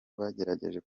bagerageje